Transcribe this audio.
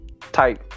Type